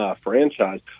franchise